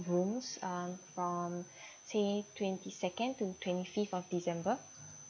rooms uh from say twenty second to twenty fifth of december